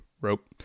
rope